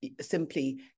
simply